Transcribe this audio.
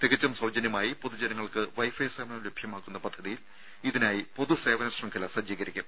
തികച്ചും സൌജന്യമായി പൊതുജനങ്ങൾക്ക് വൈഫൈ സേവനം ലഭ്യമാക്കുന്ന പദ്ധതിയിൽ ഇതിനായി പൊതു സേവന ശൃംഖല സജ്ജീകരിക്കും